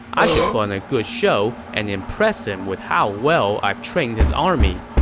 i should put on a good show and impress him with how well i've trained his army.